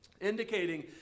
indicating